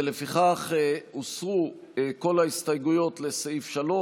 ולפיכך הוסרו כל ההסתייגויות לסעיף 3,